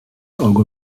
auge